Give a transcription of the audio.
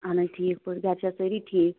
اَہَن حظ ٹھیٖک پٲٹھۍ گَرِ چھا حظ سٲری ٹھیٖک